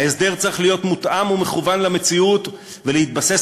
ההסדר צריך להיות מותאם ומכוון למציאות ולהתבסס